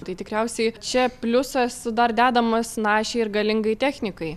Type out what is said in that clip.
tai tikriausiai čia pliusas dar dedamas našiai ir galingai technikai